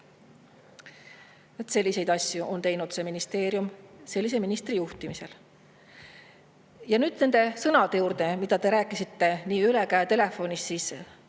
selliseid asju on teinud see ministeerium sellise ministri juhtimisel. Nüüd nende sõnade juurde, mida te rääkisite nii ülekäe telefonis